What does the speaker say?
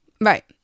Right